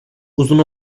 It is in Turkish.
uzun